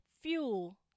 fuel